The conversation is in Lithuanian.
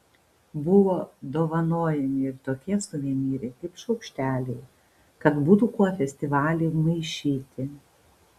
buvo dovanojami ir tokie suvenyrai kaip šaukšteliai kad būtų kuo festivalį maišyti